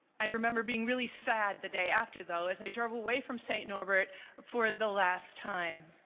i remember being really sad the day after though as i drove away from st. norbert for the last time